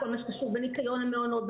כל מה שקשור בניקיון המעונות,